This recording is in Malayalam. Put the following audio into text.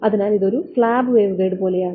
അതിനാൽ ഇത് ഒരു സ്ലാബ് വേവ്ഗൈഡ് പോലെയാണ്